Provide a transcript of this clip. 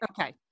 okay